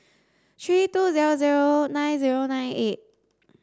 three two zero zero nine zero nine eight